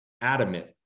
adamant